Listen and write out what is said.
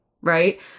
right